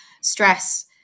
Stress